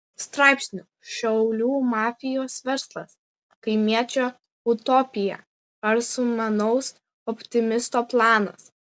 straipsnių šiaulių mafijos verslas kaimiečio utopija ar sumanaus optimisto planas